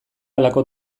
halako